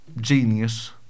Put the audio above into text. genius